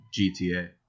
gta